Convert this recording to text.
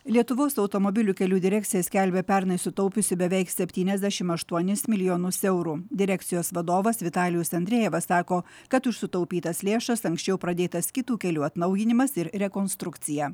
lietuvos automobilių kelių direkcija skelbia pernai sutaupiusi beveik septyniasdešim aštuonis milijonus eurų direkcijos vadovas vitalijus andrejevas sako kad už sutaupytas lėšas anksčiau pradėtas kitų kelių atnaujinimas ir rekonstrukcija